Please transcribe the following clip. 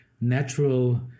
natural